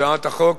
הצעת החוק